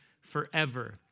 forever